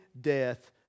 death